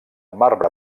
marbre